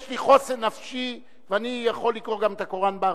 יש לי חוסן נפשי ואני יכול לקרוא גם את הקוראן בערבית.